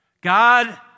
God